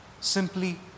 Simply